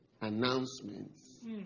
announcements